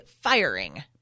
firing